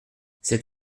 cet